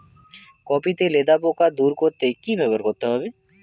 Copy তে লেদা পোকা দূর করতে কি ব্যবহার করতে হবে?